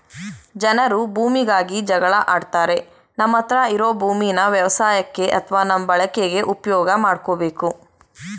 ಜನರು ಭೂಮಿಗಾಗಿ ಜಗಳ ಆಡ್ತಾರೆ ನಮ್ಮತ್ರ ಇರೋ ಭೂಮೀನ ವ್ಯವಸಾಯಕ್ಕೆ ಅತ್ವ ನಮ್ಮ ಬಳಕೆಗೆ ಉಪ್ಯೋಗ್ ಮಾಡ್ಕೋಬೇಕು